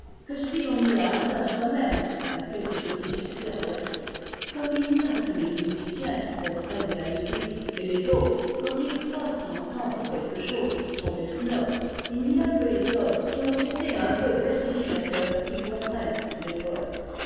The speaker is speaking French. que si l'on y a atteint soi-même à quelques petits succès relatifs comme il n'y a que les musiciens qui comprennent la musique et les autres quand ils croient y entendre quelque chose sont des snobs il n'y a que les hommes qui ont été un peu versificateurs qui comprennent les poètes